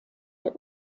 der